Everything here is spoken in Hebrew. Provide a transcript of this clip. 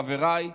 חבריי.